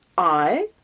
i!